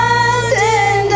London